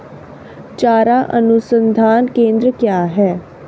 चारा अनुसंधान केंद्र कहाँ है?